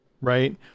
right